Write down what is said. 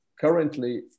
currently